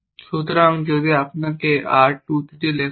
সুতরাং যদি আপনাকে R 2 3 লেখা হয়